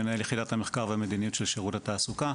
מנהל יחידת המחקר והמדיניות של שירות התעסוקה.